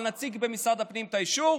אבל נציג במשרד הפנים את האישור.